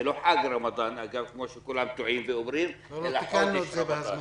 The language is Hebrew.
זה לא חג רמדאן זה חודש רמדאן.